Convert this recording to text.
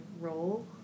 role